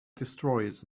destroyers